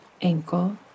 ankle